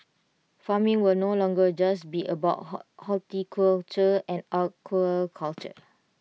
farming will no longer just be about horticulture or aquaculture